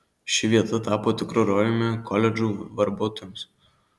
ši vieta tapo tikru rojumi koledžų verbuotojams